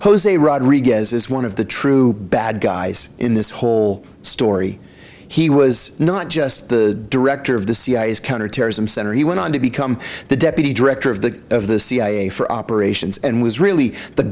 jose rodriguez is one of the true bad guys in this whole story he was not just the director of the cia's counterterrorism center he went on to become the deputy director of the of the cia for operations and was really the